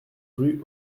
rue